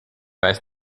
weiß